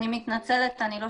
--- אני מתנצלת, אני לא שומעת.